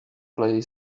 play